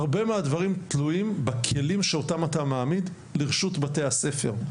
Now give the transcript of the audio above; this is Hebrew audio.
הרבה מהדברים תלויים בכלים שאותם אתה מעמיד לרשות בתי הספר,